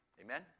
Amen